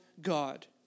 God